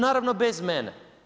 Naravno bez mene.